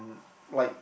like